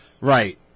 right